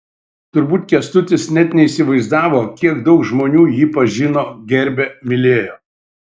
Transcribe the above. turbūt kęstutis net neįsivaizdavo kiek daug žmonių jį pažino gerbė mylėjo